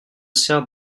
sert